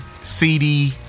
CD